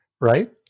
right